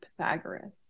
Pythagoras